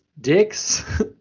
dicks